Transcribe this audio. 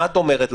מה את אומרת לו?